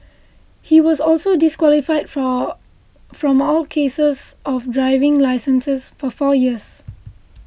he was also disqualified for from all cases of driving licenses for four years